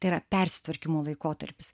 tai yra persitvarkymo laikotarpis